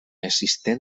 assistent